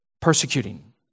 persecuting